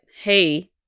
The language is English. Hey